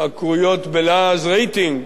בלעז רייטינג,